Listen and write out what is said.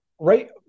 Right